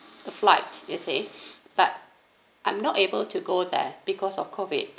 the flight you see but I'm not able to go there because of COVID